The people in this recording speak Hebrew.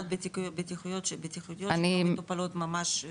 אני לא חושבת שיש סכנות בטיחותיות שלא מטופלות ממש.